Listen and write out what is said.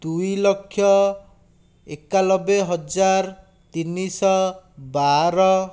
ଦୁଇ ଲକ୍ଷ ଏକାଲବେ ହଜାର ତିନିଶହ ବାର